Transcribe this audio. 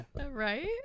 right